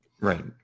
right